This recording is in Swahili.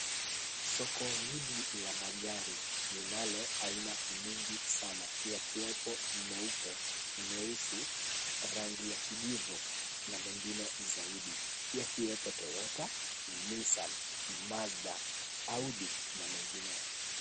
Soko hili la magari linalo aina mingi sana yakiwepo meupe, meusi, rangi ya kijivu, na mengine zaidi. Yakiwepo Toyota, Nissan, Mazda, Audi na mengineyo.